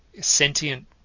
sentient